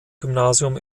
gymnasium